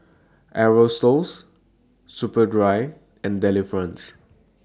Aerosoles Superdry and Delifrance